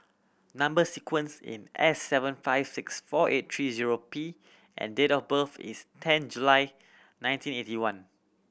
number sequence in S seven five six four eight three zero P and date of birth is ten July nineteen eighty one